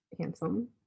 handsome